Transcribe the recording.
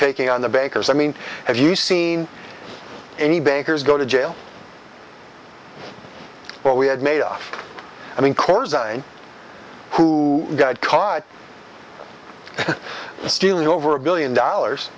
taking on the bankers i mean have you seen any bankers go to jail what we had made off i mean corps who got caught stealing over a billion dollars